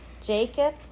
Jacob